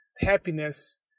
happiness